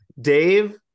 Dave